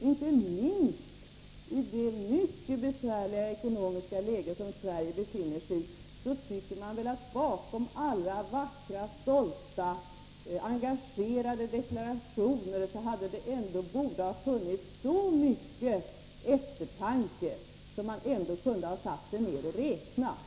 Inte minst i det mycket besvärliga ekonomiska läge som Sverige befinner sig i så tycker man att det bakom alla vackra, stolta och engagerade deklarationer borde ha funnits så mycken eftertanke att de kunde ha gjort en sådan uträkning.